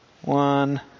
one